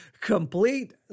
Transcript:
complete